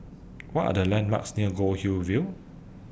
What Are The landmarks near Goldhill View